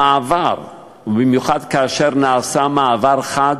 עם המעבר, ובמיוחד כאשר נעשה מעבר חד